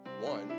one